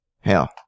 Hell